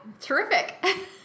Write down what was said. terrific